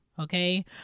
okay